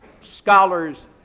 scholars